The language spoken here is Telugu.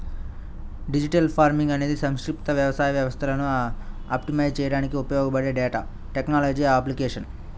డిజిటల్ ఫార్మింగ్ అనేది సంక్లిష్ట వ్యవసాయ వ్యవస్థలను ఆప్టిమైజ్ చేయడానికి ఉపయోగపడే డేటా టెక్నాలజీల అప్లికేషన్